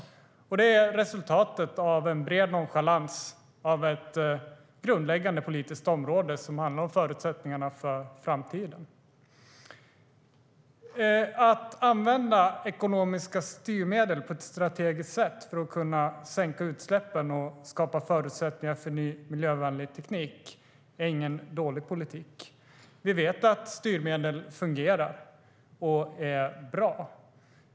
Det är resultatet av en bred nonchalans av ett grundläggande politiskt område som handlar om förutsättningarna för framtiden. Att använda ekonomiska styrmedel på ett strategiskt sätt för att kunna sänka utsläppen och skapa förutsättningar för ny miljövänlig teknik är ingen dålig politik. Vi vet att styrmedel fungerar och är bra.